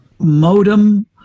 modem